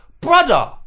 Brother